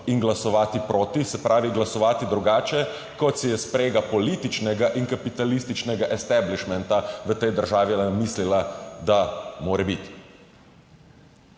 in glasovati proti, se pravi, glasovati drugače. Kot si je sprega političnega in kapitalističnega / nerazumljivo/ v tej državi mislila, da mora biti.